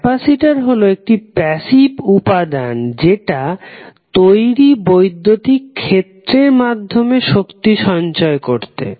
capacitor হলো একটি passive উপাদান যেটা তৈরি বৈদ্যুতিক ক্ষেত্রর মাধ্যমে শক্তি সঞ্চয় করতে